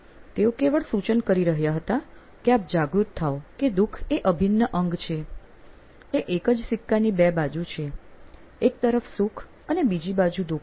તેઓ કેવળ સૂચન કરી રહ્યા હતા કે આપ જાગૃત થાઓ કે દુઃખ એ અભિન્ન અંગ છે તે એક જ સિક્કાની બે બાજુ છે એક તરફ સુખ અને બીજી બાજુ દુખ